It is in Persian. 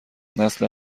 نسل